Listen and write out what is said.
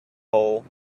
hole